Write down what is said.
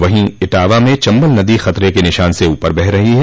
वहीं इटावा में चम्बल नदी खतरे के निशान से ऊपर बह रही है